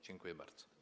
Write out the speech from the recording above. Dziękuję bardzo.